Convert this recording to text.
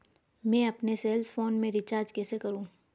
मैं अपने cell phone में रिचार्ज कैसे करूँ?